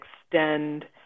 extend